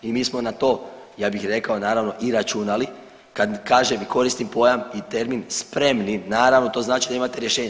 I mi smo na to ja bih rekao naravno i računali kad kažem i koristim pojam i termin spremni naravno to znači da imate rješenje.